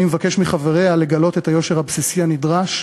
אני מבקש מחבריה לגלות את היושר הבסיסי הנדרש.